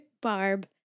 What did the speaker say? Barb